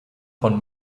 von